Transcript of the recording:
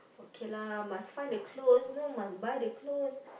okay lah must find the clothes you know must buy the clothes